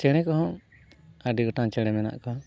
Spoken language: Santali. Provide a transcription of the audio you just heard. ᱪᱮᱬᱮ ᱠᱚᱦᱚᱸ ᱟᱰᱤᱜᱚᱴᱟᱝ ᱪᱮᱬᱮ ᱢᱮᱱᱟᱜ ᱠᱚᱣᱟ